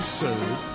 serve